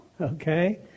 Okay